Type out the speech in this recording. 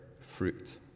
fruit